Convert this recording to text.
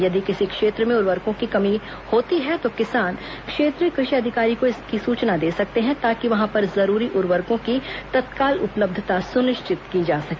यदि किसी क्षेत्र में उर्वरकों की कमी होती है तो किसान क्षेत्रीय षि अधिकारी को इसकी सूचना दे सकते हैं ताकि वहां पर जरूरी उर्वरकों की तत्काल उपलब्धता सुनिश्चित की जा सके